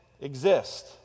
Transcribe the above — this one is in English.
exist